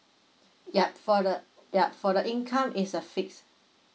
yup for the yup for the income it's a fixed